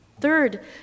Third